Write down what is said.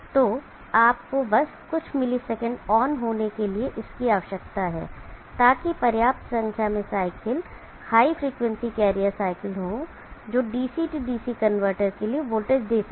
तो आपको बस कुछ मिलीसेकंड ऑन होने के लिए इसकी आवश्यकता है ताकि पर्याप्त संख्या में cycle high frequency carrier cycle हो जो DC DC कनवर्टर के लिए वोल्टेज दे सके